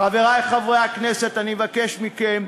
חבר הכנסת כהן,